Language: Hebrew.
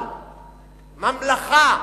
אבל ממלכה